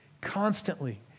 Constantly